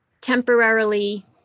temporarily